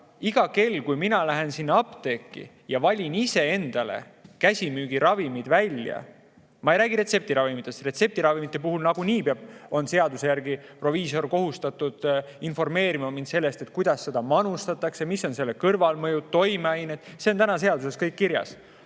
Iga kell, kui mina lähen apteeki ja valin ise endale käsimüügiravimid välja – ma ei räägi retseptiravimitest, retseptiravimite puhul on nagunii seaduse järgi proviisor kohustatud informeerima mind sellest, kuidas seda manustatakse, mis on selle kõrvalmõjud, toimeained, see kõik on seaduses kirjas,